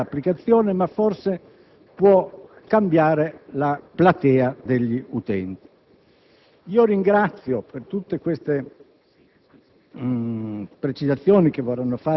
rende certamente più chiara l'applicazione, ma forse può cambiare la platea degli utenti. Ringrazio, dunque,